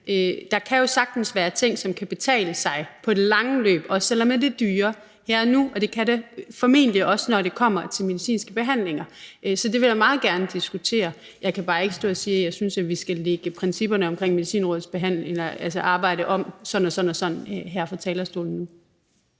Der kan jo sagtens være ting, som kan betale sig i det lange løb, også selv om det er dyrere her og nu, og det kan der formentlig også, når det kommer til medicinske behandlinger, så det vil jeg meget gerne diskutere. Jeg kan bare ikke her fra talerstolen stå og sige, at jeg synes, at vi skal lægge principperne for Medicinrådets arbejde om på bestemte områder. Kl.